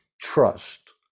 trust